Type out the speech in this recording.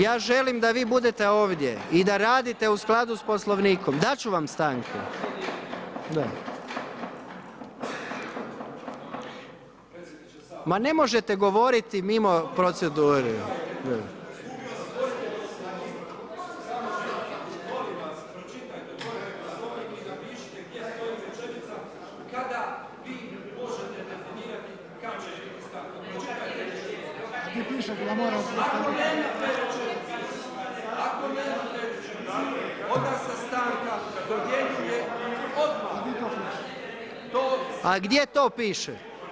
Ja želim da vi budete ovdje i da radite u skladu sa Poslovnikom. … [[Upadica se ne čuje.]] Dati ću vam stanku. … [[Upadica se ne čuje.]] Ma ne možete govoriti mimo procedure. … [[Neuključeni govornici govore u glas, ne razumije se.]] A gdje to piše?